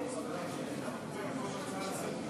בבקשה, כבוד השר.